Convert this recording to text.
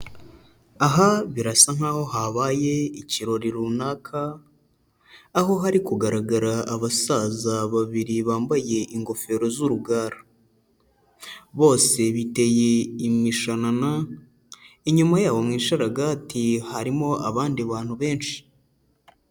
Aha birasa nkaho habaye ikirori runaka, aho hari kugaragara abasaza babiri bambaye ingofero z'urugara. Bose biteye imishanana, inyuma yabo mu ishararagati harimo abandi bantu benshi.